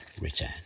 return